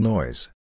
Noise